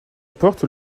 porte